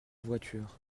voiture